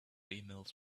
emails